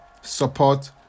support